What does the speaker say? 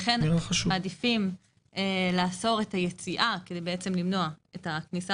לכן מעדיפים לאסור את היציאה כדי בעצם למנוע את הכניסה